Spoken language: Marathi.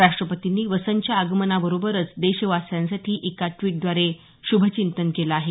राष्ट्रपतींनी वसंतच्या आगमनबरोबर देशवासियांसाठी एका ट्वीटद्वारे श्भभचिंतन केले आहे